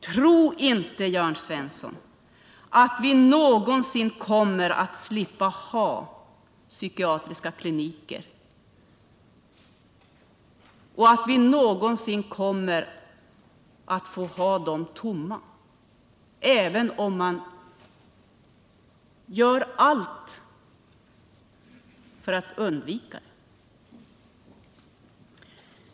Tro inte, Jörn Svensson, att vi någonsin kommer att slippa att ha psykiska kliniker eller att vi någonsin kommer att få ha dem tomma, även om man gör allt för att åstadkomma det!